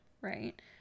right